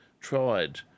tried